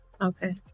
okay